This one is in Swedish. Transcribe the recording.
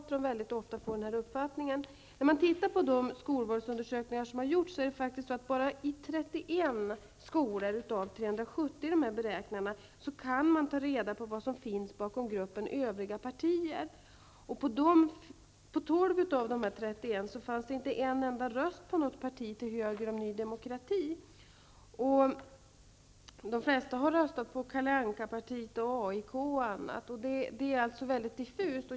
Enligt de skolvalsundersökningar som gjorts kan man i bara 31 skolor av 370 ta reda på vad som finns bakom rubriken ''Övriga partier''. I 12 av de 31 skolorna fanns inte enda röst på något parti till höger om Ny Demokrati. De flesta röstade på Kalle Ankapartiet, AIK och annat. Det är alltså mycket diffust.